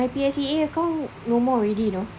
my P_S_E_A account no more already you know